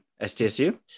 STSU